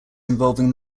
involving